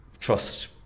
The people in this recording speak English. trust